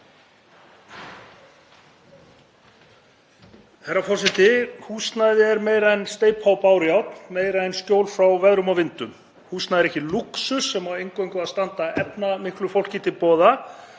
Herra forseti. Húsnæði er meira en steypa og bárujárn, meira en skjól frá veðri og vindum. Húsnæði er ekki lúxus sem á eingöngu að standa efnamiklu fólki til boða.